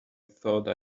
thought